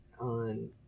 on